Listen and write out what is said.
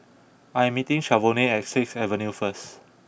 I am meeting Shavonne at Sixth Avenue first